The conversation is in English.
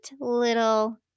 little